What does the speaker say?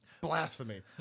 Blasphemy